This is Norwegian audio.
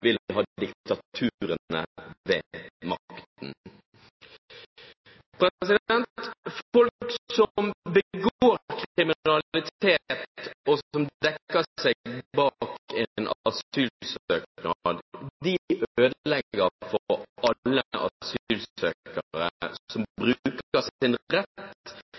vil ha diktaturene ved makten. Folk som begår kriminalitet, og som dekker seg bak en asylsøknad, ødelegger for alle asylsøkere som bruker